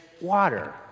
water